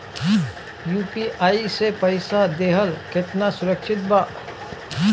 UPI से पईसा देहल केतना सुरक्षित बा?